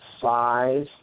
size